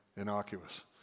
innocuous